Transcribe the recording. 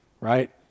Right